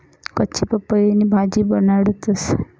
कच्ची पपईनी भाजी बनाडतंस